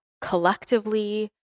collectively